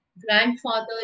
grandfather